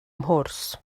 mhwrs